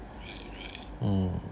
mm